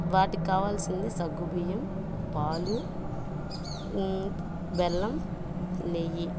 వాటికి కావాల్సింది సగ్గుబియ్యం పాలు బెల్లం నెయ్యి